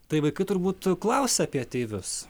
tai vaikai turbūt klausia apie ateivius